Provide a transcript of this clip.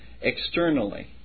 Externally